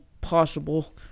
possible